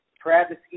Travis